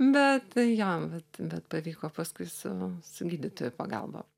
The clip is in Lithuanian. bet jo bet bet pavyko paskui su su gydytojo pagalba